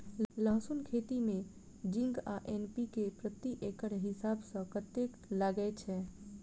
लहसून खेती मे जिंक आ एन.पी.के प्रति एकड़ हिसाब सँ कतेक लागै छै?